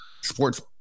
sports